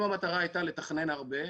אם המטרה הייתה לתכנן הרבה,